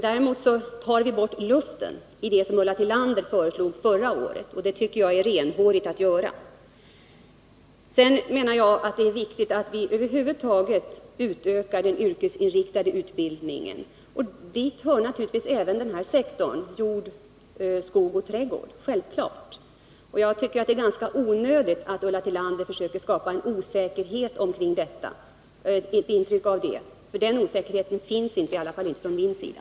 Däremot tar vi bort luften i det som Ulla Tillander föreslog förra året, och det tycker jag är renhårigt att göra. Sedan menar jag att det är viktigt att vi över huvud taget utökar den yrkesinriktade utbildningen. Dit hör naturligtvis även denna sektorn, jord, skog och trädgård. Jag tycker att det är ganska onödigt att Ulla Tillander försöker ge ett intryck av osäkerhet om detta. Någon sådan osäkerhet finns inte — i varje fall inte från min sida.